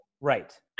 Right